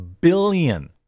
billion